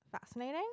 fascinating